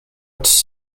its